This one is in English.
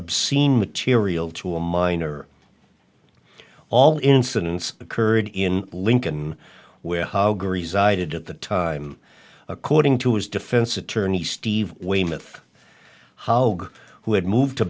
obscene material to a minor all incidents occurred in lincoln ware did at the time according to his defense attorney steve weymouth how who had moved to